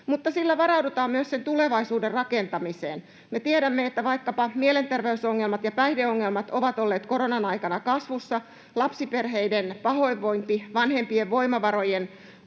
Mutta sillä varaudutaan myös sen tulevaisuuden rakentamiseen. Me tiedämme, että vaikkapa mielenterveysongelmat ja päihdeongelmat ovat olleet koronan aikana kasvussa. Lapsiperheiden pahoinvointi, vanhempien voimavarojen